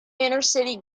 intercity